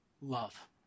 love